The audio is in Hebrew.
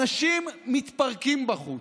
אנשים מתפרקים בחוץ,